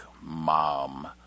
mom